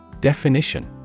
definition